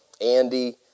Andy